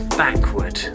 backward